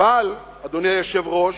אדוני היושב-ראש,